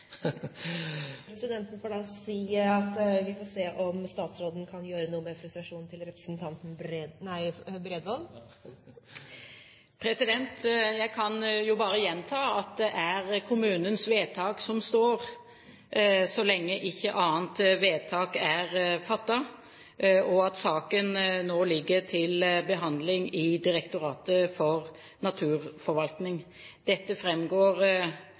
Presidenten får da si at vi får se om statsråden kan gjøre noe med frustrasjonen til representanten Bredvold. Jeg kan bare gjenta at det er kommunens vedtak som står, så lenge ikke annet vedtak er fattet, og at saken nå ligger til behandling i Direktoratet for naturforvaltning. Dette